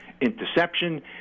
interception